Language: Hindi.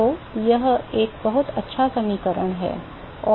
तो यह एक बहुत अच्छा समीकरण है और